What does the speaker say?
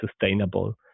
sustainable